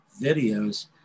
videos